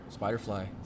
Spiderfly